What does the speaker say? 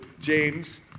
James